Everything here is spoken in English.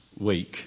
week